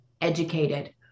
educated